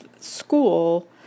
school